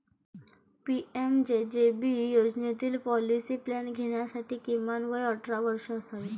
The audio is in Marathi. पी.एम.जे.जे.बी योजनेतील पॉलिसी प्लॅन घेण्यासाठी किमान वय अठरा वर्षे असावे